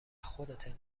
خودته